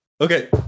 okay